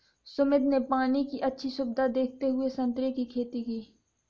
सुमित ने पानी की अच्छी सुविधा देखते हुए संतरे की खेती की